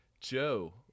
Joe